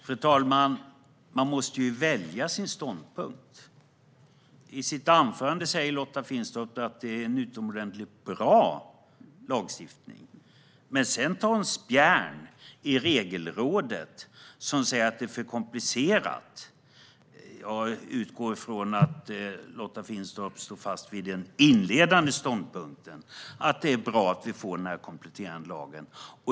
Fru talman! Man måste ju välja sin ståndpunkt. I sitt anförande sa Lotta Finstorp att det är en utomordentligt bra lagstiftning, men sedan tar hon spjärn i Regelrådet som säger att detta är för komplicerat. Jag utgår från att Lotta Finstorp står fast vid den inledande ståndpunkten, nämligen att det är bra att vi får den kompletterande lagen.